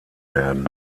werden